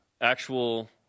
actual